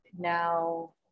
now